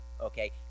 okay